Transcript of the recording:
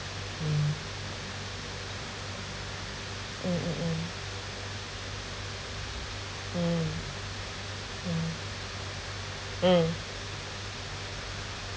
mm mm mm mm mm mm mm